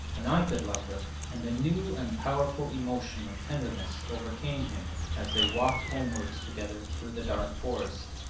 and i could love her and a new and powerful emotion of tenderness overcame him as they walked homewards together through the dark forest.